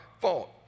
fault